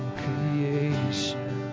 creation